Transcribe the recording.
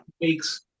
makes